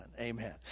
Amen